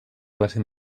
classe